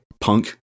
punk